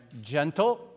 gentle